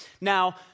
Now